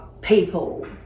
people